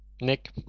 nick